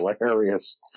hilarious